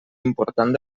important